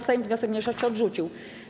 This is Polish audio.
Sejm wniosek mniejszości odrzucił.